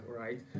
right